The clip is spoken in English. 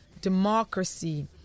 democracy